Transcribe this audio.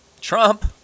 Trump